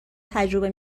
تجربه